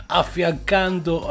affiancando